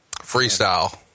freestyle